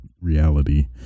reality